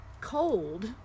cold